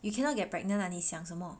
you cannot get pregnant [what] 你想什么